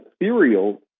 ethereal